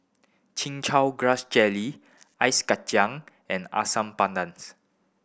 Chin Chow Grass Jelly Ice Kachang and asam